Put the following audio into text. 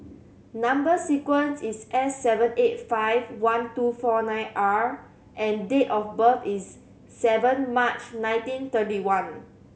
number sequence is S seven eight five one two four nine R and date of birth is seven March nineteen thirty one